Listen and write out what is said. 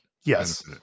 Yes